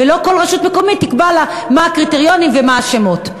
ולא כל רשות מקומית תקבע לה מה הקריטריונים ומה השמות.